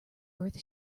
earth